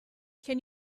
can